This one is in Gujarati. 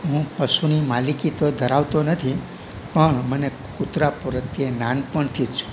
હું પશુની માલિકી તો ધરાવતો નથી પણ મને કુતરા પ્રત્યે નાનપણથી જ